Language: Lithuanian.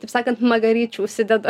taip sakant magaryčių užsideda